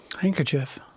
Handkerchief